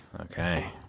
Okay